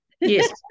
Yes